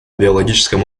биологическом